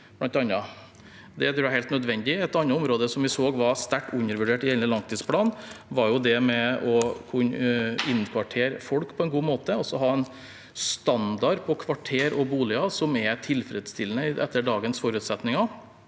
krigsskolene. Det tror jeg er helt nødvendig. Et annet område vi så var sterkt undervurdert i hele langtidsplanen, var det med å kunne innkvartere folk på en god måte, altså ha en standard på kvarter og boliger som er tilfredsstillende etter dagens forutsetninger,